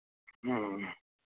ह्म्म